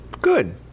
Good